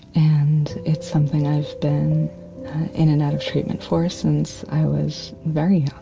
and it's something i've been in and out of treatment for since i was very young.